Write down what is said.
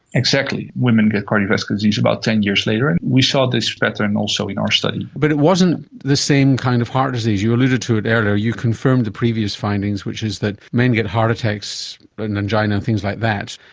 exactly, women get cardiovascular disease about ten years later, and we saw this better and also in our study. but it wasn't the same kind of heart disease. you alluded to it earlier, you confirmed the previous findings which is that men get heart attacks but and angina, things like that,